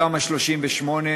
בתמ"א 38,